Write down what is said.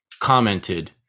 commented